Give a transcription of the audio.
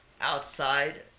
outside